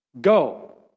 Go